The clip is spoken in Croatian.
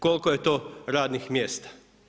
Koliko je to radnih mjesta?